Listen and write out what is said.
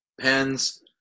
Pens